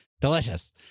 delicious